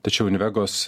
tačiau invegos